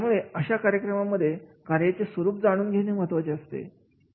त्यामुळे अशा कार्यक्रमांमध्ये कार्याचे स्वरूप जाणून घेणे महत्त्वाचे असते